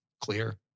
clear